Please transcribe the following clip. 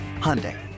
Hyundai